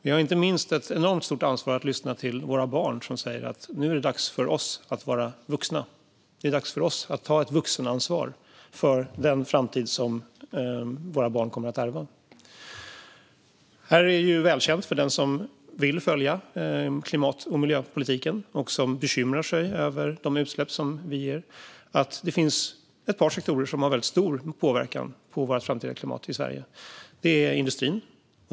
Vi har inte minst ett enormt stort ansvar att lyssna till våra barn, som säger att det nu är dags för oss att vara vuxna och ta vuxenansvar för den framtid som våra barn kommer att ärva. För den som följer klimat och miljöpolitiken och bekymrar sig över våra utsläpp är det välkänt att det finns ett par sektorer som har väldigt stor påverkan på vårt framtida klimat i Sverige. En av dem är industrin.